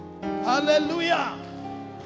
hallelujah